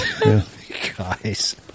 guys